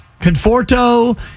Conforto